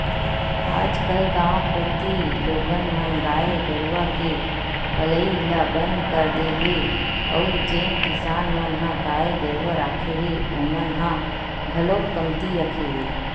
आजकल गाँव कोती लोगन मन गाय गरुवा के पलई ल बंद कर दे हे अउ जेन किसान मन ह गाय गरुवा रखे हे ओमन ह घलोक कमती रखे हे